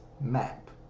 map